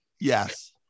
Yes